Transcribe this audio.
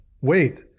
wait